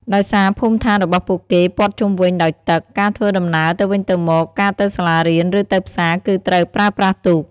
ដោយសារភូមិដ្ឋានរបស់ពួកគេព័ទ្ធជុំវិញដោយទឹក ការធ្វើដំណើរទៅវិញទៅមក ការទៅសាលារៀន ឬទៅផ្សារគឺត្រូវប្រើប្រាស់ទូក។